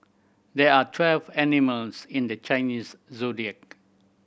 there are twelve animals in the Chinese Zodiac